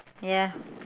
ya